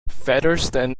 featherston